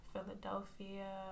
Philadelphia